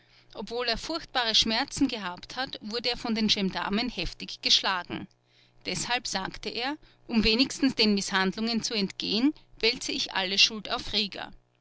obwohl er furchtbare schmerzen gehabt hat wurde er von den gendarmen heftig geschlagen deshalb sagte er um wenigstens den mißhandlungen handlungen zu entgehen wälze ich alle schuld auf rieger